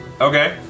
Okay